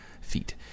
feet